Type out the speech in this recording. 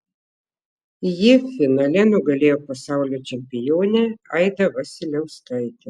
ji finale nugalėjo pasaulio čempionę aidą vasiliauskaitę